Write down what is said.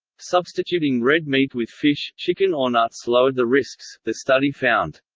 substituting red meat with fish, chicken or nuts lowered the risks, the study found.